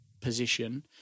position